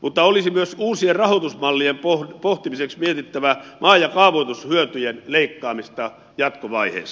mutta olisi myös uusien rahoitusmallien pohtimiseksi mietittävä maa ja kaavoitushyötyjen leikkaamista jatkovaiheissa